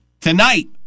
Tonight